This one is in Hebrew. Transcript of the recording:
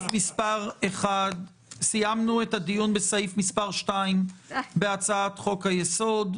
מס' 1. סיימנו את הדיון בסעיף מס' 2 בהצעת חוק-היסוד.